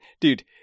Dude